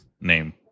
name